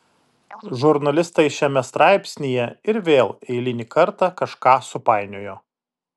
žurnalistai šiame straipsnyje ir vėl eilinį kartą kažką supainiojo